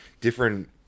different